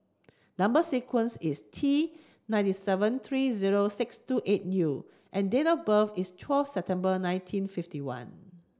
number sequence is T ninety seven three zero six two eight U and date of birth is twelve September nineteen fifty one